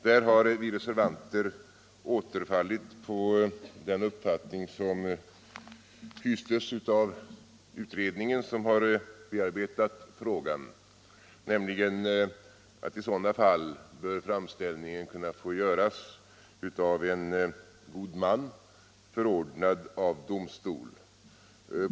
Där har vi reservanter återfallit på den uppfattning som hystes av utredningen som har bearbetat frågan, nämligen att i sådana fall bör framställningen kunna få göras av en god man, förordnad av domstol.